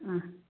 ꯑꯥ